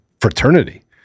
fraternity